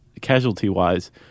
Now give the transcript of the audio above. casualty-wise